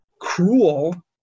cruel